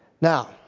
Now